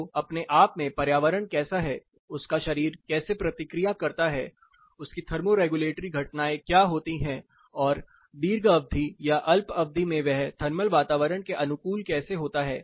तो अपने आप में पर्यावरण कैसा है उसका शरीर कैसे प्रतिक्रिया करता है उसकी थर्मो रेगुलेटरी घटनाएँ क्या होती हैं और दीर्घावधि या अल्पावधि में वह थर्मल वातावरण के अनुकूल कैसे होता है